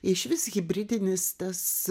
išvis hibridinis tas